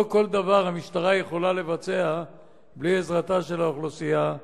לא כל דבר המשטרה יכולה לבצע בלי עזרתה של האוכלוסייה.